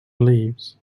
leaves